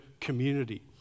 community